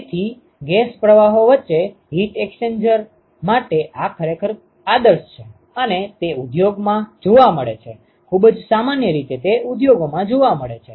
તેથી ગેસ પ્રવાહો વચ્ચે હીટ એક્સ્ચેન્જર માટે આ ખરેખર આદર્શ છે અને તે ઉદ્યોગમાં જોવા મળે છે ખૂબ જ સામાન્ય રીતે તે ઉદ્યોગમાં જોવા મળે છે